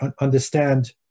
understand